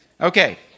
Okay